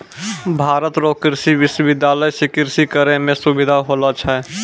भारत रो कृषि विश्वबिद्यालय से कृषि करै मह सुबिधा होलो छै